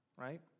Right